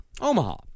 Omaha